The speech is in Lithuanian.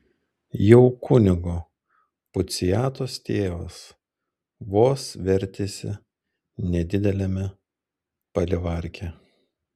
jau kunigo puciatos tėvas vos vertėsi nedideliame palivarke